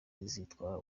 azitwara